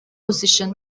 position